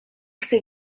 chce